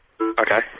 Okay